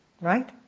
right